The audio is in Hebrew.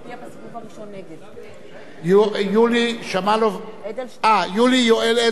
יולי יואל אדלשטיין השתתף בהצבעה,